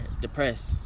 depressed